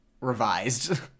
revised